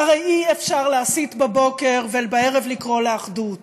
הרי אי-אפשר להסית בבוקר ובערב לקרוא לאחדות.